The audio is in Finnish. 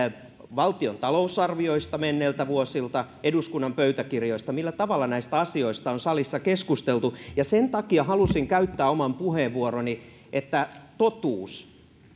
valtion talousarvioista menneiltä vuosilta eduskunnan pöytäkirjoista millä tavalla näistä asioista on salissa keskusteltu ja sen takia halusin käyttää oman puheenvuoroni että totuus